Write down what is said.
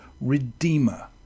redeemer